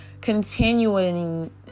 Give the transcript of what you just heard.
continuing